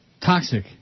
toxic